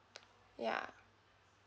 ya